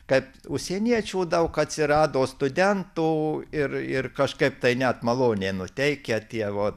kad užsieniečių daug atsirado studentų ir ir kažkaip tai net maloniai nuteikia tie va